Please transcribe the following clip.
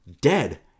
Dead